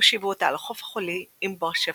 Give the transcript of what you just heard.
הושיבו אותה על החוף החולי עם בוא השפל,